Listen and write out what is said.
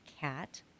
cat